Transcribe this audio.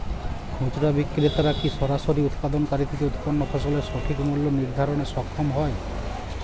খুচরা বিক্রেতারা কী সরাসরি উৎপাদনকারী থেকে উৎপন্ন ফসলের সঠিক মূল্য নির্ধারণে সক্ষম হয়?